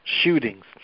shootings